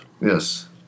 Yes